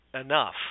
enough